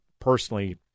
personally